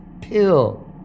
PILL